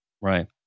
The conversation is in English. Right